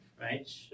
right